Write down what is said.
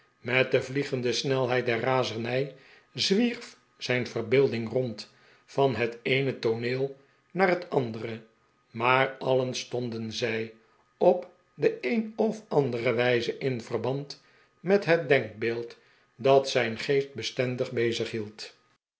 met de vliegende snelheid der razernij zwierf zijn yerbeelding rond van het eene tooneel naar het andere maar alien stonden zij op de een of andere wijze in verban met het denkbeeld dat zijn geest bestendig